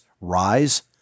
rise